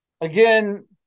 Again